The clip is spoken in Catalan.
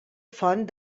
font